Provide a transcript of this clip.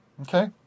Okay